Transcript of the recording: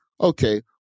okay